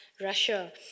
Russia